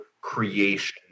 creation